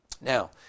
Now